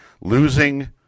losing